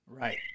Right